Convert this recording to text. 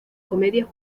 comedia